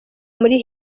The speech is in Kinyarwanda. muri